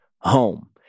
home